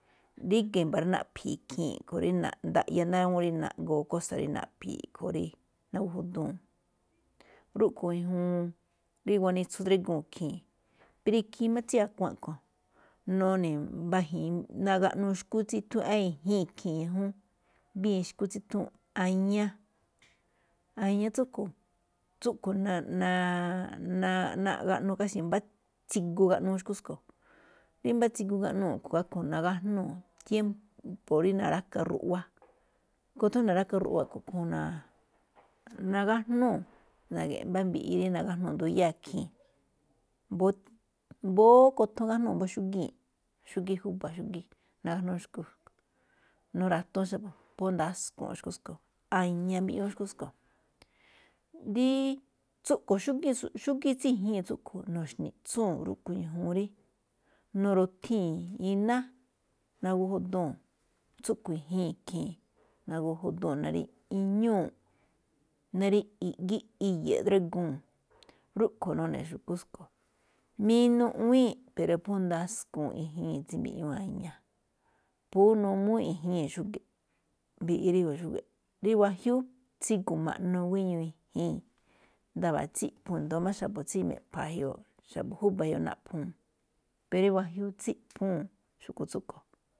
Ríga̱ i̱mba̱ rí naꞌphi̱i̱ ikhii̱n rí ndaꞌya ná awúun rí naꞌgoo kósa̱ rí naꞌphi̱i̱ a̱ꞌkhue̱n rí nagóó judúu̱n, rúꞌkhue̱n ñajuun rí guanitsu dríguu̱n ikhii̱n. Pero ikhiin máꞌ tsí a̱ꞌkuáan a̱ꞌkhue̱n, none̱ nagaꞌnuu xu̱kú tsí nuthúu̱n á i̱jíi̱n ikhii̱n ñajúún, mbíin xu̱kú tsí nuthúu̱n a̱ña. A̱ña tsúꞌkhue̱n tsúꞌkhue̱n nagaꞌnuu wéje̱ mbá tsigu nagaꞌnuu xu̱kú tsúꞌkhue̱n, rí mbá tsigu igaꞌnuu̱ a̱ꞌkhue̱n nagajnúu̱. Tiémpo̱ rí na̱ráka tháan ruꞌwa, a̱ꞌkhue̱n nagájnúu̱, na̱ge̱ꞌe̱ mbá mbiꞌi rí nagajnúu̱ nduyáa̱ ikhii̱n. mbóó kothon igajnúu̱ mbá xúgíi̱n, xúgíí júba̱ xúgíí, nagajúú xu̱kú tsúꞌkhue̱n. Nuratuun xa̱bo̱, phú ndasku̱u̱nꞌ xu̱kú tsúꞌkhue̱n, a̱ña mbiꞌñúú xu̱kú tsúꞌkhue̱n. xúꞌkhue̱n xúgíí tsí i̱ji̱i̱n tsúꞌkhue̱n nuxni̱ꞌtsuu̱n rúꞌkhue̱n ñajuun rí nu̱ruthii̱n iná, nagóó juduu̱n, tsúꞌkhue̱n i̱jíi̱n ikhii̱n, nagóó juduu̱n ná rí iñúu̱ꞌ, ná rí gíꞌ i̱ye̱e̱ drígúu̱n. Rúꞌkhue̱n nune̱ xu̱kú tsúꞌkhue̱n. Minuꞌwíi̱nꞌ pero phú ndaskuu̱nꞌ i̱jíi̱n ikhii̱n tsí mbiꞌñúú a̱ña, phú n úú i̱ngu̱juíi̱n xúge̱ꞌ mbiꞌi ri xúge̱ꞌ, rí wajiúú tsígu̱ma̱ nuu̱nꞌ guéño i̱jíi̱n, ndawa̱a̱ tsiꞌph́uu̱n i̱ndo̱ó máꞌ xa̱bo̱ tsí me̱ꞌpha̱a̱ ge̱jioꞌ xa̱bo̱ júba̱ gejioꞌ naꞌphúu̱n pero ri wajiúú tsíꞌphuu̱n xu̱kú tsúꞌkhue̱n.